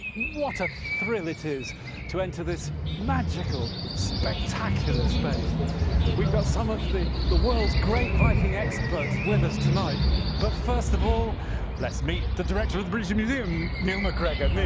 what a thrill it is to enter this magical, spectacular space we've got some of the the world's great viking experts with us tonight but first of all let's meet the director of the british museum, neil macgregor. neal,